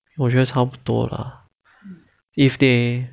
我觉得差不多 lah if they